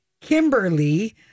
Kimberly